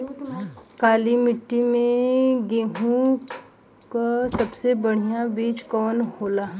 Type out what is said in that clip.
काली मिट्टी में गेहूँक सबसे बढ़िया बीज कवन होला?